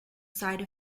side